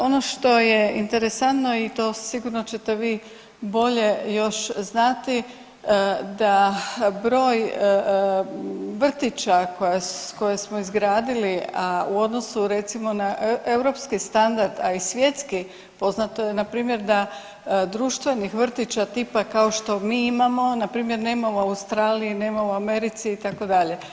Ono što je interesantno i sigurno ćete vi bolje još znati da broj vrtića koje smo izgradili, a u odnosnu recimo na europski standard a i svjetski, poznato je npr. da društvenih vrtića tipa kao što mi imamo npr. nema u Australiji, nema u Americi itd.